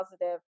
positive